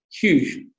huge